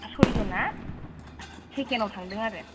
सयजना सेकेण्डआव थांदों आरो